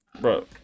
bro